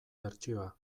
bertsioa